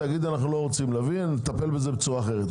תגידו שאתם לא רוצים - נטפל בזה בצורה אחרת.